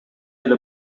эле